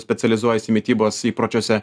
specializuojasi mitybos įpročiuose